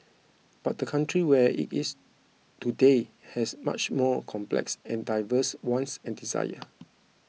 but the country where it is today has much more complex and diverse wants and desire